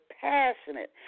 passionate